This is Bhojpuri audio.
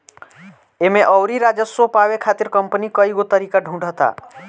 एमे अउरी राजस्व पावे खातिर कंपनी कईगो तरीका ढूंढ़ता